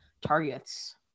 targets